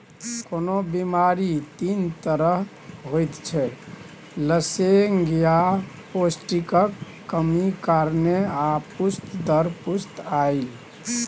कोनो बेमारी तीन तरहक होइत छै लसेंगियाह, पौष्टिकक कमी कारणेँ आ पुस्त दर पुस्त आएल